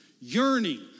yearning